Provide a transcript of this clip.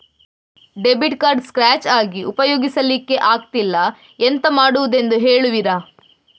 Debit card scratch ಆಗಿ ಉಪಯೋಗಿಸಲ್ಲಿಕ್ಕೆ ಆಗ್ತಿಲ್ಲ, ಎಂತ ಮಾಡುದೆಂದು ಹೇಳುವಿರಾ?